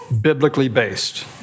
biblically-based